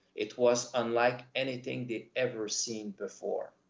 it was unlike anything they'd ever seen before.